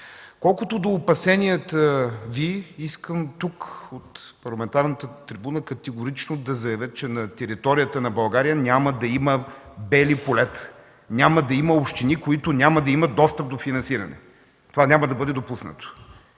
Колкото до опасенията Ви, искам тук, от парламентарната трибуна категорично да заявя, че на територията на България няма да има бели полета. Няма да има общини, които няма да имат достъп до финансиране. Това няма да бъде допуснато.